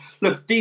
Look